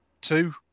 Two